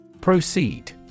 Proceed